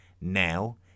Now